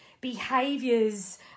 behaviors